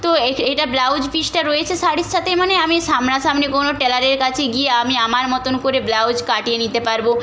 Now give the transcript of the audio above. তো এট এটা ব্লাউজ পিসটা রয়েছে শাড়ির সাথে মানে আমি সামনাসামনি কোনো টেলারের কাছে গিয়ে আমি আমার মতন করে ব্লাউজ কাটিয়ে নিতে পারব